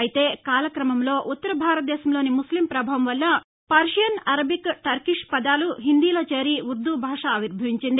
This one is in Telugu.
అయితే కాలక్రమంలో ఉత్తర భారతదేశంలోని ముస్లిం ప్రభావం వల్ల పర్వియన్ అరబిక్ టర్కిష్ పదాలు హిందీలో చేరి ఉర్గూ భాష ఆవిర్భవించింది